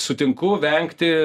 sutinku vengti